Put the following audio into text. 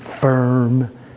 Firm